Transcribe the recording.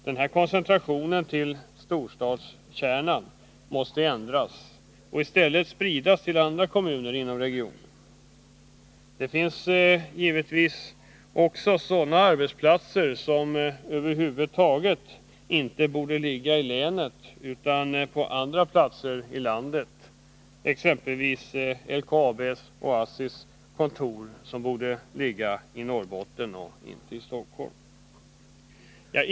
Denna koncentration till storstadskärnan måste ändras och arbetsplatserna i stället spridas till andra kommuner inom regionen. Det finns också sådana arbetsplatser som över huvud taget inte borde ligga i länet utan på andra platser i landet. LKAB:s och ASSI:s kontor borde exempelvis ligga i Norrbotten och inte i Stockholm.